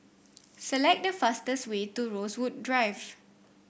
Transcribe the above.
select the fastest way to Rosewood Grove